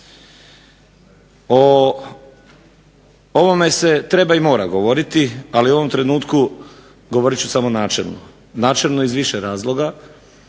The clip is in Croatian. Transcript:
O ovome se treba i mora govoriti, ali u ovom trenutku govorit ću samo načelno. Načelno iz više razloga.